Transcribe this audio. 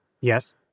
Yes